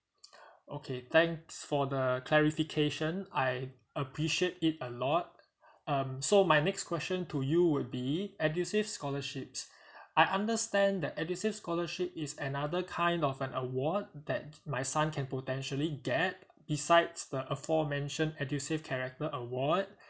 okay thanks for the clarification I appreciate it a lot um so my next question to you would be edusave scholarships I understand that edusave scholarship is another kind of an award that my son can potentially get besides the aforementioned edusave character award